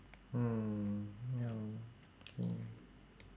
mm ya K